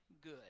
good